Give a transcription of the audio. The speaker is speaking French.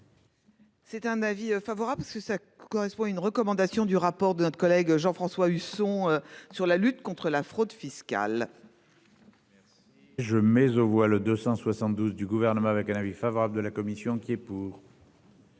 C'est un avis favorable parce que ça correspond à une recommandation du rapport de notre collègue Jean-François Husson, sur la lutte contre la fraude fiscale. Ciao bouleversé. Je mais on voit le 272 du gouvernement avec un avis favorable de la commission qui est pour.